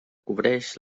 cobreix